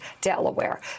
Delaware